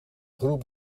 groep